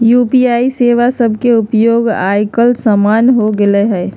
UPI सेवा सभके उपयोग याजकाल सामान्य हो गेल हइ